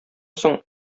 соң